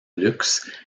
luxe